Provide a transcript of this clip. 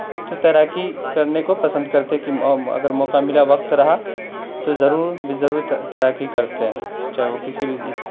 تو تیراکی کرنے کو پسند کرتے ہیں کہ اگر موقع ملا وقت رہا تو ضرور ضرور تیراکی کرتے ہیں چاہے وہ کسی بھی اس سے ہو